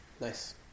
Nice